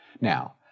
Now